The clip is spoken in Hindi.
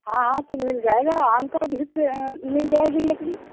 हाँ हाँ तो मिल जाएगा आम का भी मिल जाएगी लकड़ी